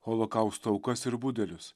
holokausto aukas ir budelius